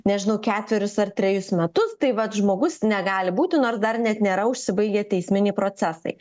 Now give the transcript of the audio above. nežinau ketverius ar trejus metus tai vat žmogus negali būti nors dar net nėra užsibaigę teisminiai procesai